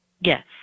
Yes